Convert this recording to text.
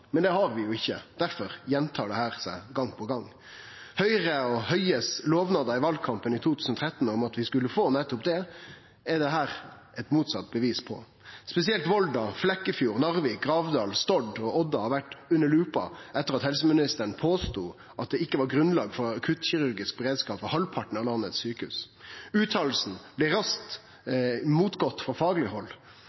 men det har vi ikkje. Difor gjentar dette seg gang på gang. Lovnadene frå Høgre og Høie i valkampen i 2013 om at vi skulle få nettopp det, er dette eit motsett bevis på. Spesielt Volda, Flekkefjord, Narvik, Gravdal, Stord og Odda har vore under lupa etter at helseministeren påsto at det ikkje var grunnlag for akuttkirurgisk beredskap ved halvparten av sjukehusa i landet. Utsegna blei raskt